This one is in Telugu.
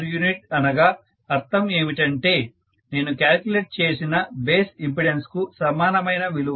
u అనగా అర్థం ఏమిటంటే నేను క్యాలిక్యులేట్ చేసిన బేస్ ఇంపెడెన్స్ కు సమానమైన విలువ